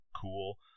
cool